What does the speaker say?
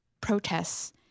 protests